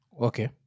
Okay